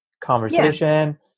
conversation